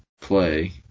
play